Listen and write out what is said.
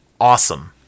awesome